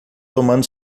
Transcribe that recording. tomando